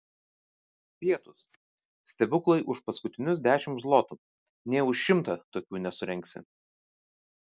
pietūs stebuklai už paskutinius dešimt zlotų nė už šimtą tokių nesurengsi